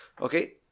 Okay